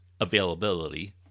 availability